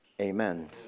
Amen